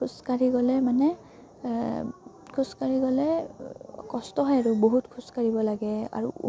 খোজ কাঢ়ি গ'লে মানে খোজ কাঢ়ি গ'লে কষ্ট হয় আৰু বহুত খোজ কাঢ়িব লাগে আৰু